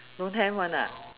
don't have one ah